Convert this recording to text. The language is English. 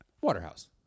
Waterhouse